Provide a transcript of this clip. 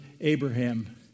Abraham